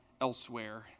elsewhere